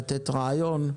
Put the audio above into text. לתת רעיון.